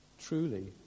truly